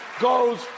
goes